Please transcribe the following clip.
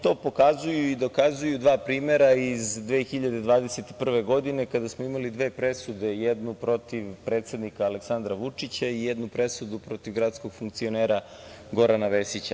To pokazuju i dokazuju i dva primera iz 2021. godine, kada smo imali dve presude, jednu protiv predsednika Aleksandra Vučića i jednu presudu protiv gradskog funkcionera Gorana Vesića.